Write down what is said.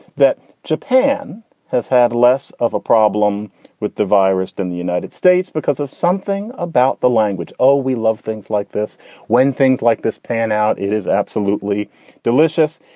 that japan has had less of a problem with the virus than the united states because of something about the language. oh, we love things like this when things like this pan out. it is absolutely delicious.